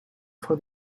for